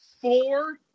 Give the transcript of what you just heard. four